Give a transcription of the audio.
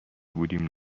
بودیم